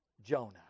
Jonah